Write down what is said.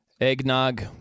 Eggnog